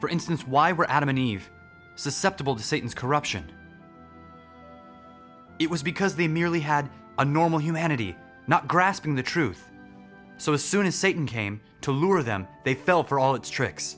for instance why we're out of any susceptible to satan's corruption it was because they merely had a normal humanity not grasping the truth so as soon as satan came to lure them they fell for all its tricks